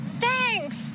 Thanks